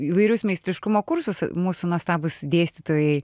įvairius meistriškumo kursus mūsų nuostabūs dėstytojai